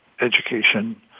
education